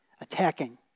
Attacking